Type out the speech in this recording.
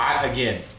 again